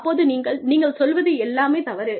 அப்போது நீங்கள் "நீங்கள் சொல்வது எல்லாமே தவறு